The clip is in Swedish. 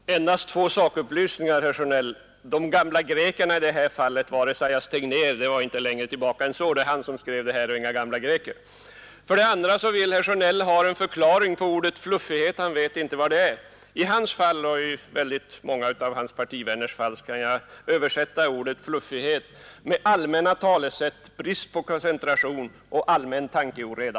Herr talman! Endast två sakupplysningar. De gamla grekerna var i det här fallet Esaias Tegnér; längre tillbaka än så gick jag inte. Herr Sjönell vill vidare ha en förklaring till ordet ”fluffighet”; han vet inte vad det är. I hans fall — liksom när det gäller många av hans partivänner — kan jag översätta ordet ”fluffighet” med ”allmänna talesätt, brist på koncentration och allmän tankeoreda”.